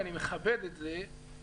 ואני מכבד את זה,